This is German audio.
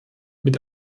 mit